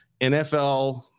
NFL